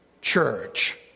church